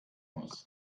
muss